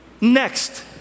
Next